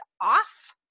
off